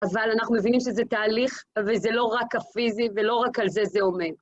אבל אנחנו מבינים שזה תהליך, וזה לא רק הפיזי, ולא רק על זה זה עומד.